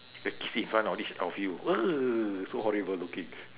they kiss in front of this of you so horrible looking